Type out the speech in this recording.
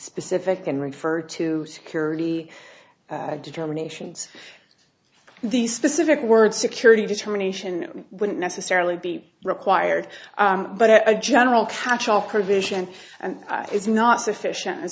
specific and refer to security determinations the specific words security determination wouldn't necessarily be required but at a general catch all provision and is not sufficient